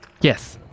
Yes